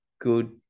good